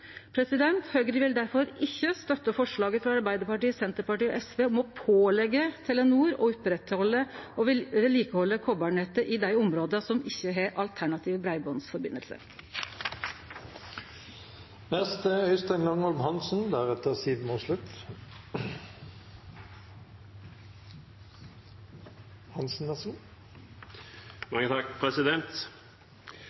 Høgre vil difor ikkje støtte forslaget frå Arbeidarpartiet, Senterpartiet og SV om å påleggje Telenor å oppretthalde og vedlikehalde koparnettet i dei områda som ikkje har alternativ